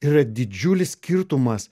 yra didžiulis skirtumas